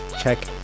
check